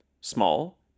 Small